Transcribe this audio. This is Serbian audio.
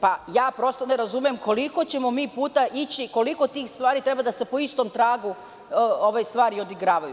Pa prosto ne razumem koliko ćemo mi puta ići, koliko tih stvari treba da se po istom tragu ove stvari odigravaju.